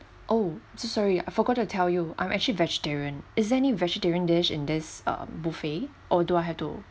oh I'm so sorry I forgot to tell you I'm actually vegetarian is there any vegetarian dish in this buffet or do I have to